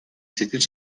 сэтгэл